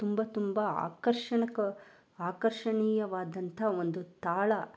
ತುಂಬ ತುಂಬ ಆಕರ್ಷಕ ಆಕರ್ಷಣೀಯವಾದಂಥ ಒಂದು ತಾಣ